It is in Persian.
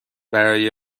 برای